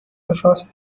راست